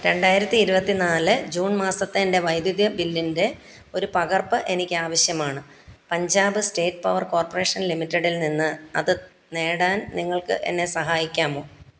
രണ്ടായിരത്തി ഇരുപത്തിനാല് ജൂൺ മാസത്തെ എൻ്റെ വൈദ്യുതി ബില്ലിൻ്റെ ഒരു പകർപ്പ് എനിക്ക് ആവശ്യമാണ് പഞ്ചാബ് സ്റ്റേറ്റ് പവർ കോർപ്പറേഷൻ ലിമിറ്റഡിൽ നിന്ന് അത് നേടാൻ നിങ്ങൾക്ക് എന്നെ സഹായിക്കാമോ